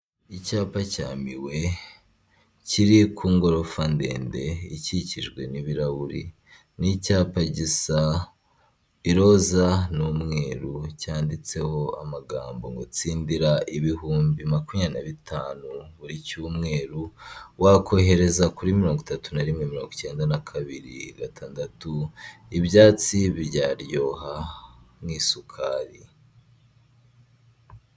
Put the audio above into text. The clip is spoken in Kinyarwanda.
Icyapa cya miwe kiri ku ngofa ndende ikikijwe n'ibirahuri n'icyapa gisa iroza n'umweru cyanditseho amagambo ngo tsindira ibihumbi makumya na bitanu buri cyumweru, wakohereza kuri mirongo itatu na mirongo icyenda na kabiri gatandatu ibyatsi byaryoha nk'isukari.